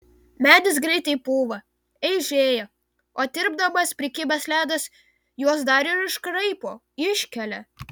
medis greitai pūva eižėja o tirpdamas prikibęs ledas juos dar ir iškraipo iškelia